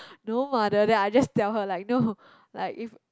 no what then after that I just tell her like no like if